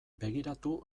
begiratu